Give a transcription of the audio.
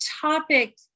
topic